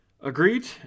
Agreed